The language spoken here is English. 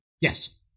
Yes